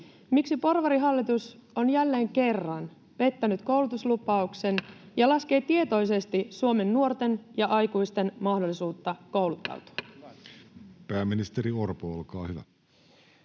miksi porvarihallitus on jälleen kerran pettänyt koulutuslupauksen ja laskee tietoisesti Suomen nuorten ja aikuisten mahdollisuutta kouluttautua? Pääministeri Orpo, olkaa hyvä.